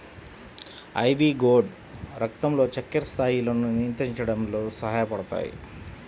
ivy gourd రక్తంలో చక్కెర స్థాయిలను నియంత్రించడంలో సహాయపడతాయి